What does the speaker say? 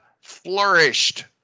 flourished